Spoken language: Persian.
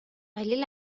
ولی